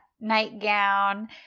nightgown